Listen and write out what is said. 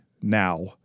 Now